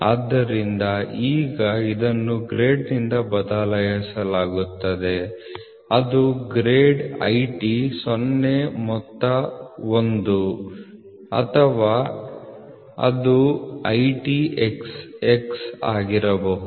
ಆದ್ದರಿಂದ ಈಗ ಇದನ್ನು ಗ್ರೇಡ್ನಿಂದ ಬದಲಾಯಿಸಲಾಗುತ್ತದೆ ಅದು ಗ್ರೇಡ್ IT 0 ಮೊತ್ತ 1 ಅಥವಾ ಅದು IT xx ಆಗಿರಬಹುದು